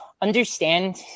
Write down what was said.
understand